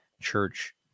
Church